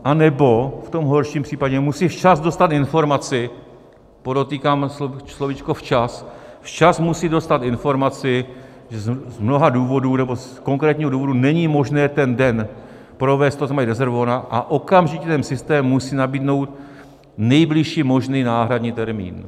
Anebo v tom horším případě musí včas dostat informaci, podotýkám slovíčko včas, včas musí dostat informaci, že z mnoha důvodů nebo z konkrétního důvodu není možné ten den provést to, co mají rezervováno, a okamžitě systém musí nabídnout nejbližší možný náhradní termín.